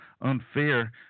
unfair